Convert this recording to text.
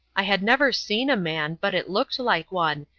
i had never seen a man, but it looked like one,